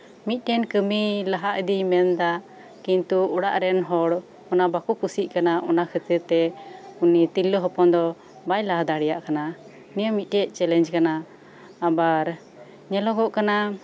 ᱢᱤᱫᱴᱮᱱ ᱠᱟᱢᱤ ᱞᱟᱦᱟ ᱤᱫᱤᱭ ᱢᱮᱱᱫᱟ ᱠᱤᱱᱛᱩ ᱚᱲᱜ ᱨᱮᱱ ᱦᱚᱲ ᱚᱱᱟ ᱵᱟᱠᱚ ᱠᱩᱥᱤᱜ ᱠᱟᱱᱟ ᱚᱱᱟ ᱠᱷᱟᱛᱤᱨ ᱛᱮ ᱩᱱᱤ ᱛᱤᱨᱞᱟᱹ ᱦᱚᱯᱚᱱ ᱫᱚ ᱵᱟᱭ ᱞᱟᱦᱟ ᱫᱟᱲᱮᱭᱟᱜ ᱠᱟᱱᱟ ᱱᱤᱭᱟᱹ ᱢᱤᱫᱴᱮᱡ ᱪᱮᱞᱮᱧᱡᱽ ᱠᱟᱱᱟ ᱟᱵᱟᱨ ᱧᱮᱞᱚᱜᱚᱜ ᱠᱟᱱᱟ